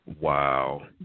Wow